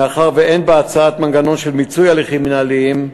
מאחר שאין בהצעה מנגנון של מיצוי הליכים מינהליים,